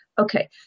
Okay